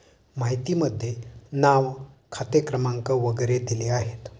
माहितीमध्ये नाव खाते क्रमांक वगैरे दिले आहेत